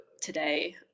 today